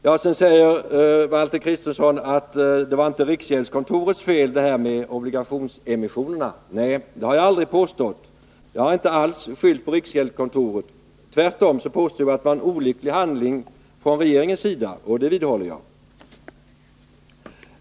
Vidare säger Valter Kristenson att det här med obligationsemissionerna inte var riksgäldskontorets fel. Nej, det har jag aldrig påstått. Jag har inte alls skyllt på riksgäldskontoret — tvärtom påstod jag att det var en olycklig handling från regeringens sida, och det vidhåller jag.